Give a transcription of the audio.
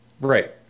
Right